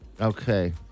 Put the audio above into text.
Okay